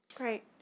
Great